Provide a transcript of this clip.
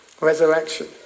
resurrection